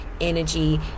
energy